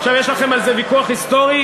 יש לכם על זה ויכוח היסטורי?